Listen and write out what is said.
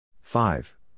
five